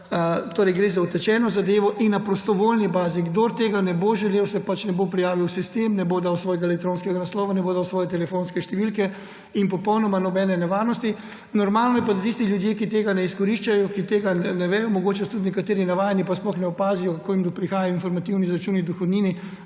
Gre za utečeno zadevo in na prostovoljni bazi. Kdor tega ne bo želel, se pač ne bo prijavil v sistem, ne bo dal svojega elektronskega naslova, ne bo dal svoje telefonske številke in ni popolnoma nobene nevarnosti. Normalno je pa, da tisti ljudje, ki tega ne izkoriščajo, ki tega ne vedo – mogoče so tudi nekateri navajeni pa sploh ne opazijo, ko jim prihajajo informativni izračuni dohodnine